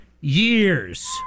years